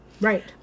Right